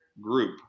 group